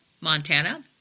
Montana